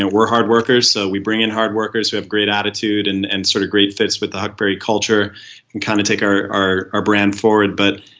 and we're hard workers, so we bring in hard workers who have great attitude and and sort of great fits with the huckberry culture and kind of take our our brand forward, but,